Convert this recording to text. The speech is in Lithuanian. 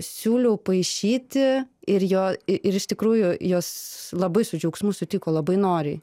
siūliau paišyti ir jo ir iš tikrųjų jos labai su džiaugsmu sutiko labai noriai